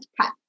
cut